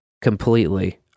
completely